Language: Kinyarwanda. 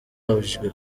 babujijwe